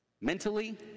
mentally